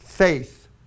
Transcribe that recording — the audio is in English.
Faith